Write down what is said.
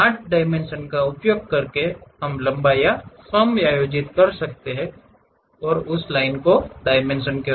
smart dimension का उपयोग करके हम लंबाई समायोजित कर सकते हैं उस लाइन का